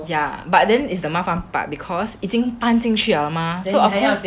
ya but then is the 麻烦 part because 已经搬进去了的 mah so of course